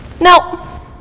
No